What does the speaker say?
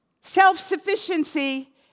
Self-sufficiency